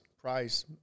price